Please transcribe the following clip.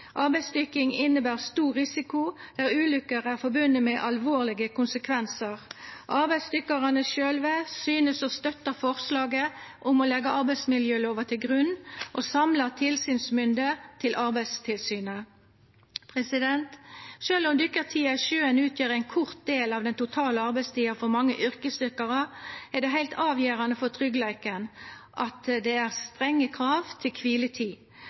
Arbeidsdykking inneber stor risiko, der ulukker er forbundne med alvorlege konsekvensar. Arbeidsdykkarane sjølve synest å støtta forslaget om å leggja arbeidsmiljølova til grunn og samla tilsynsmyndet til Arbeidstilsynet. Sjølv om dykketida i sjøen utgjer ein kort del av den totale arbeidstida for mange yrkesdykkarar, er det heilt avgjerande for tryggleiken at det er strenge krav til kviletid.